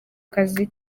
kazi